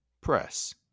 press